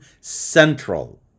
Central